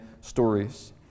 stories